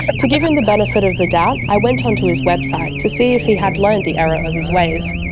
to give him the benefit of the doubt, i went onto his website to see if he had learned the error of his ways,